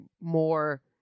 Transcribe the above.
more